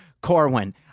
Corwin